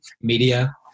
media